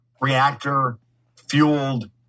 reactor-fueled